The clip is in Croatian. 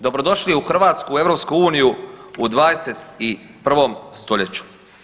Dobrodošli u hrvatsku EU u 21. stoljeću.